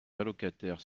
allocataires